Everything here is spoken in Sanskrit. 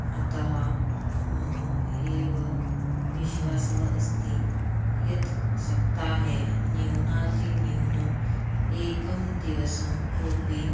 अतः मम एव विश्वासः अस्ति यत् सप्ताहे न्यूनातिन्यूनम् एकं दिवसं कोपि